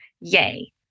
yay